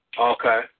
Okay